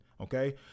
Okay